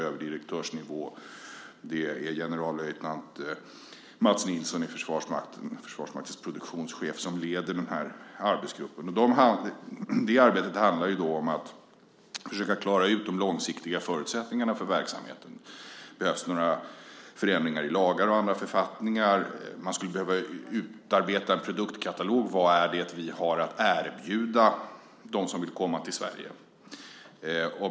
Arbetsgruppen leds av generallöjtnant Mats Nilsson, Försvarsmaktens produktionschef. Gruppens arbete handlar om att försöka klara ut de långsiktiga förutsättningarna för verksamheten. Det behövs några förändringar i lagar och andra författningar. Man skulle behöva utarbeta en produktkatalog över vad det är vi har att erbjuda dem som vill komma till Sverige.